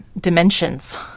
dimensions